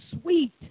sweet